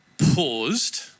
paused